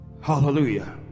Hallelujah